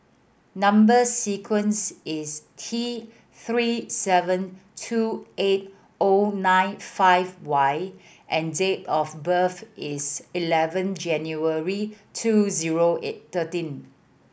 number sequence is T Three seven two eight O nine five Y and date of birth is eleven January two zero thirteen